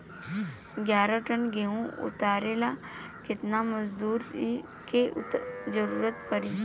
ग्यारह टन गेहूं उठावेला केतना मजदूर के जरुरत पूरी?